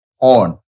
on